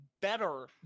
better